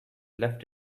left